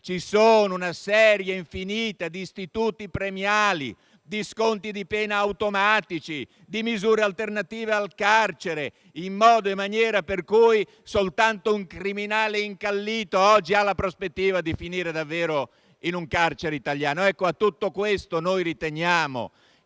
ci sono una serie infinita di istituti premiali, di sconti di pena automatici, di misure alternative al carcere, in modo e maniera per cui soltanto un criminale incallito oggi ha la prospettiva di finire davvero in un carcere italiano. Ecco, a tutto questo noi riteniamo